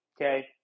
okay